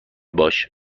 باش